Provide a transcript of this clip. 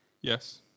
yes